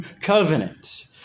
covenant